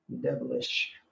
devilish